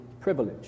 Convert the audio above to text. privilege